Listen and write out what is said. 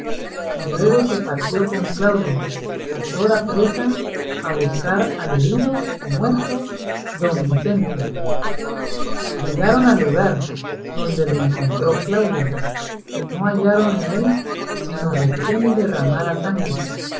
y luego se partió con claudia a toda priesa a buscar al herido o muerto don vicente llegaron al lugar donde le encontró claudia y no hallaron en él sino recién derramada sangre